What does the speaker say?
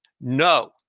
no